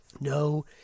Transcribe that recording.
No